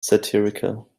satirical